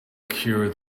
cure